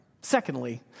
Secondly